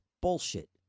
bullshit